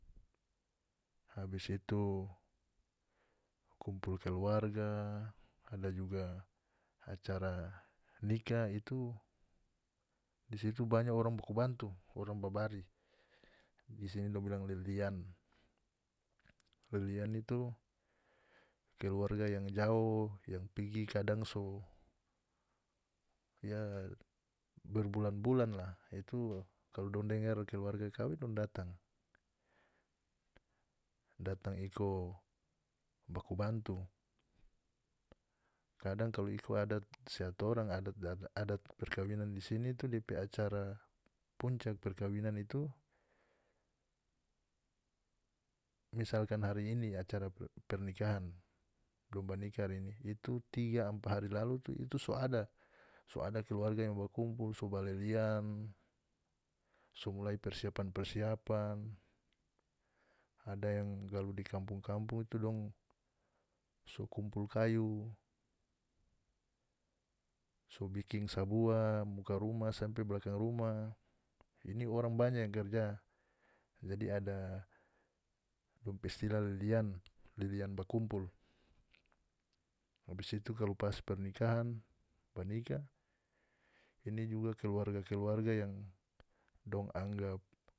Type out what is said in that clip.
Habis itu kumpul keluarga ada juga acara nikah itu di situ banya orang baku bantu orang babari di sini dong bilang lilian lilian itu keluarga yang jao yang pigi kadang so ya berbulan-bulan la itu kalu dong dengar keluarga kawing dong datang datang iko baku bantu kadang kalu iko adat seatorang adat perkawinan di sini itu depe acara puncak perkawinan itu misalkan hari ini acara pernikahan dong ba nikah hari ini itu tiga ampa hari lalu tu itu so ada so ada keluarga yang bakumpul so ba lilian so mulai persiapan-persiapan ada yang kalu di kampung-kampung itu dong so kumpul kayu so biking sabua muka rumah sampe blakang rumah ini orang banya yang kerja jadi ada dong pe istilah lilian lilian bakumpul abis itu kalu pas pernikahan ba nikah ini juga keluarga-keluarga yang dong anggap.